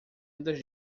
fazendas